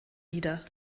wieder